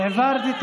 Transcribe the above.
העברת את